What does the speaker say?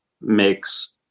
makes